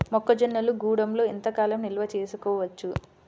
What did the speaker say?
మొక్క జొన్నలు గూడంలో ఎంత కాలం నిల్వ చేసుకోవచ్చు?